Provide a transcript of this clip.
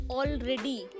already